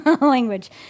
language